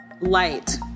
light